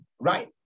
right